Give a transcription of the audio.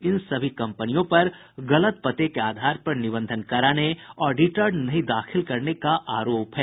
इन सभी कम्पनियों पर गलत पते के आधार पर निबंधन कराने और रिटर्न नहीं दाखिल करने का आरोप है